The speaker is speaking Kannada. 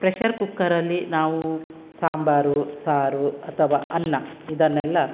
ಪ್ರೆಷರ್ ಕುಕ್ಕರಲ್ಲಿ ನಾವು ಸಾಂಬಾರು ಸಾರು ಅಥವಾ ಅನ್ನ ಇದನ್ನೆಲ್ಲ